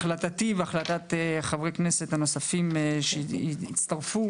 החלטתי והחלטת חברי הכנסת הנוספים שהצטרפו